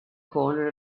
corner